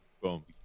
Boom